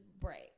break